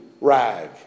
rag